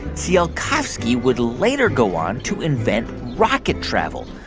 tsiolkovsky would later go on to invent rocket travel.